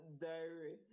Diary